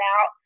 out